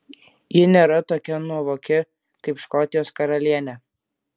ji nėra tokia nuovoki kaip škotijos karalienė